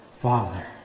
Father